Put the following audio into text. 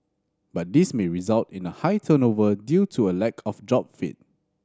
but this may result in a high turnover due to a lack of job fit